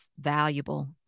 valuable